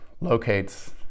locates